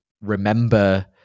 remember